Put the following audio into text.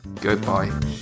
Goodbye